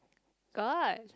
got